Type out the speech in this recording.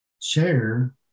share